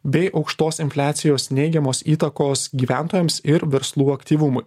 bei aukštos infliacijos neigiamos įtakos gyventojams ir verslų aktyvumui